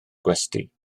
gwesty